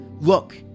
Look